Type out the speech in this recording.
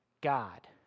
God